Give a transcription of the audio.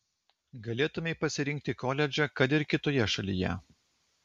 galėtumei pasirinkti koledžą kad ir kitoje šalyje